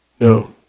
No